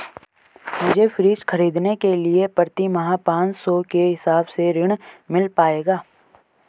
मुझे फ्रीज खरीदने के लिए प्रति माह पाँच सौ के हिसाब से ऋण मिल पाएगा?